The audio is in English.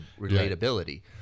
relatability